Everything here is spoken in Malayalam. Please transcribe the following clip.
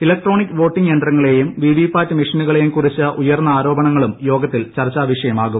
ഇലക്ട്രോണിക് വോട്ടിങ്ങ് ്യിൃന്തങ്ങളേയും വി വി പാറ്റ് മെഷീനുകളേയും കുറിച്ച് ഉയർന്ന ആരോപണങ്ങളും യോഗത്തിൽ ചർച്ചാവിഷയമാകും